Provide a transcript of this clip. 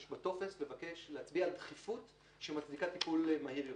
להצביע על דחיפות שמצדיקה טיפול מהיר יותר.